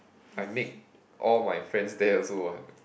I make all my friends there also what